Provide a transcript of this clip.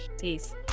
Peace